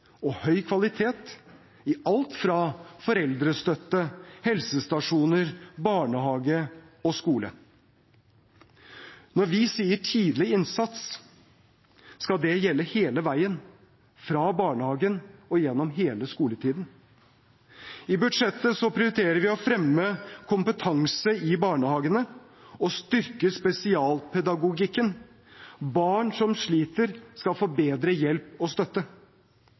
og høy kvalitet i alt fra foreldrestøtte og helsestasjoner til barnehage og skole. Når vi sier «tidlig innsats», skal det gjelde hele veien – fra barnehagen og gjennom hele skoletiden. I budsjettet prioriterer vi å fremme kompetanse i barnehagene og styrke spesialpedagogikken. Barn som sliter, skal få bedre hjelp og støtte.